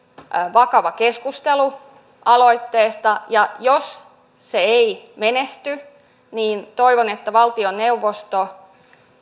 vakava keskustelu aloitteesta ja jos se ei menesty niin toivon että valtioneuvosto